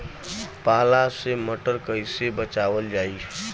पाला से मटर कईसे बचावल जाई?